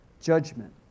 judgment